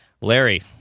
Larry